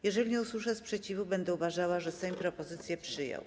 Jeżeli nie usłyszę sprzeciwu, będę uważała, że Sejm propozycję przyjął.